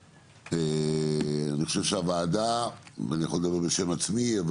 אני חושב שהוועדה ואני יכול לדבר בשם עצמי,